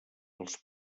els